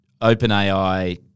OpenAI